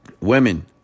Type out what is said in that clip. Women